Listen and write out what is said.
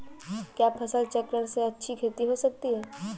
क्या फसल चक्रण से अच्छी खेती हो सकती है?